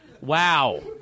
Wow